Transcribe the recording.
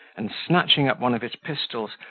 and, snatching up one of his pistols,